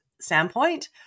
standpoint